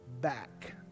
back